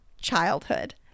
childhood